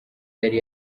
yari